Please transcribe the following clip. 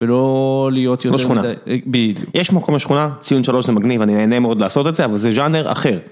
ולא להיות יודעים מדי, בדיוק. יש מקום בשכונה, ציון שלוש זה מגניב, אני נהנה מאוד לעשות את זה, אבל זה ז'אנר אחר.